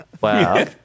wow